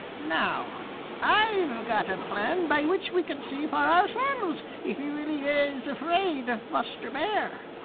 now i've got a plan by which we can see for ourselves if he really is afraid of buster bear.